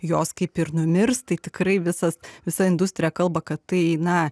jos kaip ir numirs tai tikrai visas visa industrija kalba kad tai na